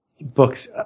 books